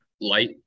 Light